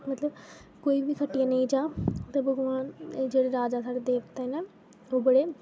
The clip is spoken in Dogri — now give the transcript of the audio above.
मतलब कोई बी खट्टियै नेईं जा ते भगवान जेह्ड़े राजा साढ़े देवते न ओह् बड़े